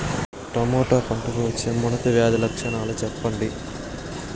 Tomato పంటకు వచ్చే ముడత వ్యాధి లక్షణాలు చెప్పండి?